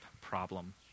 problem